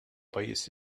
pajjiż